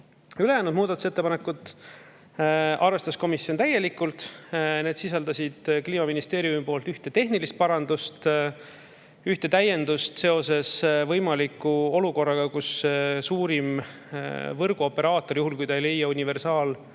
Ülejäänud muudatusettepanekuid arvestas komisjon täielikult. Need sisaldasid Kliimaministeeriumi poolt ühte tehnilist parandust, ühte täiendust seoses võimaliku olukorraga, kus suurim võrguoperaator saaks juhul, kui ta ei leia universaal-